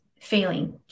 failing